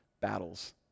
battles